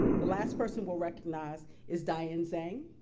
the last person we'll recognize is diane zang.